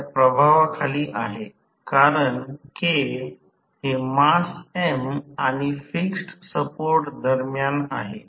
तर म्हणूनच विद्युत प्रवाह I2 आहे आणि हे माझे व्होल्टेज VThevenin समजण्यायोग्य आहे